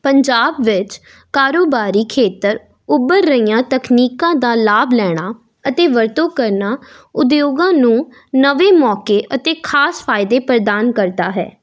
ਪੰਜਾਬ ਵਿੱਚ ਕਾਰੋਬਾਰੀ ਖੇਤਰ ਉੱਭਰ ਰਹੀਆਂ ਤਕਨੀਕਾਂ ਦਾ ਲਾਭ ਲੈਣਾ ਅਤੇ ਵਰਤੋਂ ਕਰਨਾ ਉਦਯੋਗਾਂ ਨੂੰ ਨਵੇਂ ਮੌਕੇ ਅਤੇ ਖਾਸ ਫਾਇਦੇ ਪ੍ਰਦਾਨ ਕਰਦਾ ਹੈ